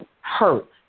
hurt